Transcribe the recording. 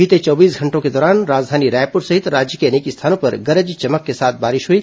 बीते चौबीस घंटों के दौरान राजधानी रायपुर सहित राज्य के अनेक स्थानों पर गरज चमक के साथ बारिश हुई